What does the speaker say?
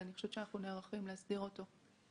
אני חושבת שאנחנו נערכים להסדיר אותו.